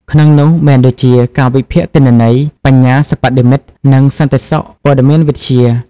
ក្នុងនោះ មានដូចជា ការវិភាគទិន្នន័យ បញ្ញាសិប្បនិម្មិត និងសន្តិសុខព័ត៌មានវិទ្យា។